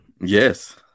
yes